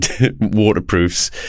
waterproofs